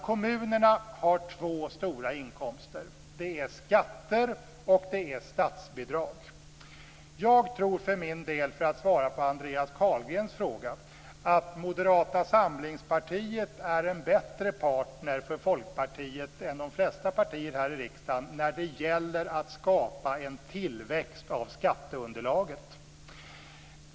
Kommunerna har ju två stora inkomster: skatter och statsbidrag. Jag för min del tror, för att svara på Andreas Carlgrens fråga, att Moderata samlingspartiet är en bättre partner för Folkpartiet än de flesta partier här i riksdagen är när det gäller att skapa en tillväxt av skatteunderlaget.